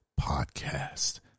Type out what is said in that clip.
podcast